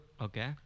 Okay